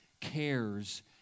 cares